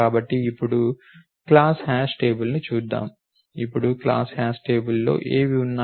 కాబట్టి ఇప్పుడు class hash టేబుల్ని చూద్దాం ఇప్పుడు క్లాస్ హ్యాష్ టేబుల్లో ఏవి ఉన్నాయి